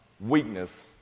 weakness